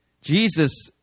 Jesus